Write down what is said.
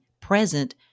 present